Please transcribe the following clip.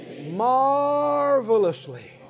marvelously